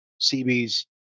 CBs